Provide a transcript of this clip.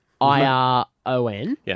I-R-O-N